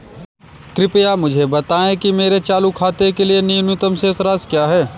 कृपया मुझे बताएं कि मेरे चालू खाते के लिए न्यूनतम शेष राशि क्या है?